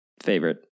favorite